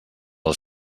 les